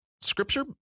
scripture